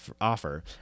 offer